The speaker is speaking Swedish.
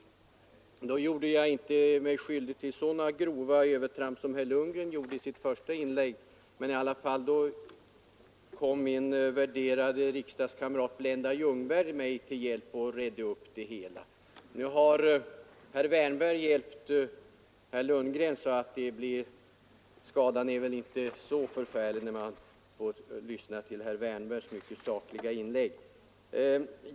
Jag gjorde mig visserligen inte skyldig till så grova övertramp som herr Lundgren gjorde i sitt första inlägg, men min värderade riksdagskamrat Blenda Ljungberg kom mig i alla fall till hjälp och redde upp det hela. Nu har herr Wärnberg hjälpt herr Lundgren. Skadan blir väl inte så svår för herr Lundgren sedan vi har lyssnat till herr Wärnbergs sakliga inlägg.